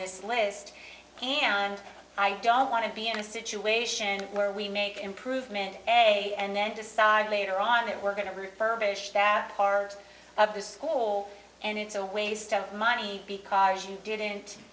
this list and i don't want to be in a situation where we make improvement and then decide later on that we're going to refurbish that part of the school and it's a waste of money because you didn't